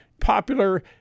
popular